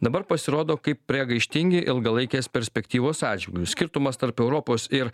dabar pasirodo kaip priegaištingi ilgalaikės perspektyvos atžvilgiu skirtumas tarp europos ir